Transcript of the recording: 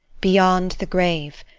beyond the grave,